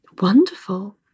wonderful